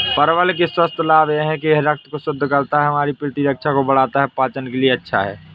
परवल के स्वास्थ्य लाभ यह हैं कि यह रक्त को शुद्ध करता है, हमारी प्रतिरक्षा को बढ़ाता है, पाचन के लिए अच्छा है